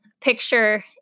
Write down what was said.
picture